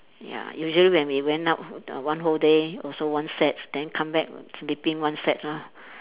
ya usually when we went out one whole day also one sets then come back sleeping one sets lah